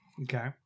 Okay